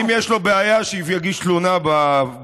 אדם כמוך לא יכול להוביל שום ציבור להורדת האלימות בו.